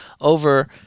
over